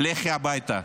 לכי הביתה.